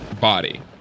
body